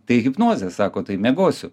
tai hipnozė sako tai miegosiu